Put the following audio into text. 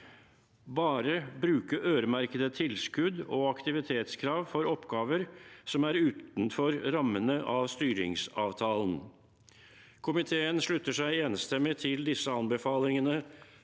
bare bruke øremerkede tilskudd og aktivitetskrav for oppgaver som er utenfor rammen av styringsavtalen Komiteen slutter seg enstemmig til disse anbefalingene